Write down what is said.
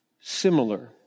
similar